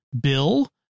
Bill